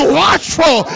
watchful